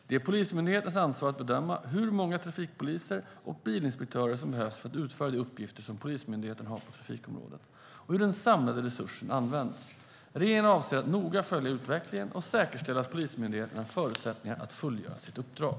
Det är Polismyndighetens ansvar att bedöma hur många trafikpoliser och bilinspektörer som behövs för att utföra de uppgifter som Polismyndigheten har på trafikområdet och hur den samlade resursen ska användas. Regeringen avser att noga följa utvecklingen och säkerställa att Polismyndigheten har förutsättningar att fullgöra sitt uppdrag.